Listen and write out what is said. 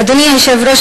אדוני היושב-ראש,